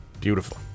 beautiful